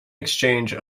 exchange